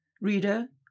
Reader